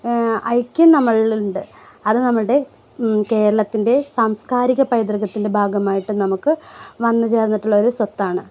ഐക്യം നമ്മളിലുണ്ട് അത് നമ്മളുടെ കേരളത്തിൻ്റെ സാംസ്കാരിക പൈതൃകത്തിൻ്റെ ഭാഗമായിട്ട് നമുക്ക് വന്നു ചേർന്നിട്ടുള്ള ഒരു സ്വത്താണ്